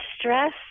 stress